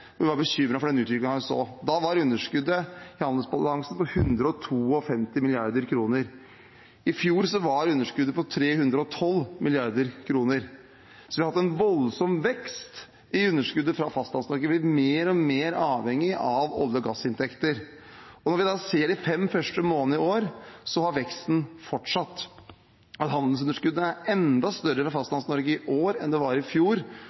var bekymret for den utviklingen hun så. Da var underskuddet i handelsbalansen på 152 mrd. kr. I fjor var underskuddet på 312 mrd. kr. Vi har hatt en voldsom vekst i underskuddet fra Fastlands-Norge. Vi har blitt mer og mer avhengig av olje- og gassinntekter. Når vi ser på de fem første månedene i år, har veksten fortsatt. Handelsunderskuddet er enda større i Fastlands-Norge i år enn det var i fjor,